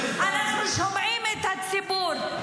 אנחנו שומעים את הציבור.